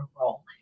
role